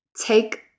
take